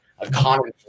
economy